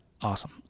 Awesome